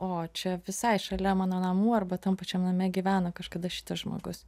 o čia visai šalia mano namų arba tam pačiam name gyveno kažkada šitas žmogus